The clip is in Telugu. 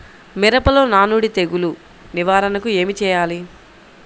మిరపలో నానుడి తెగులు నివారణకు ఏమి చేయాలి?